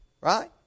right